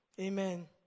Amen